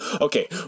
Okay